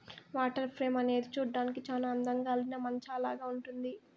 water frame అనేది చూడ్డానికి చానా అందంగా అల్లిన మంచాలాగా ఉంటుంది